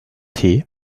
tee